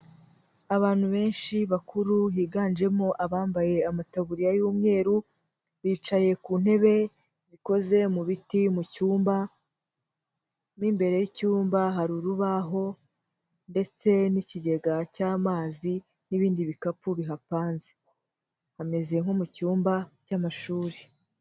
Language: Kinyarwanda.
Abantu benshi bakuru higanjemo abambaye amataburiya y'umweru bicaye ku ntebe zikoze mu biti mu cyumba mo imbere y'icyumba hari urubaho ndetse n'ikigega cy'amazi n'ibindi bikapu bihapanze, hameze nko mu cyumba cy'amashuri.